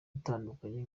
batandukanye